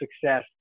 success